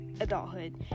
adulthood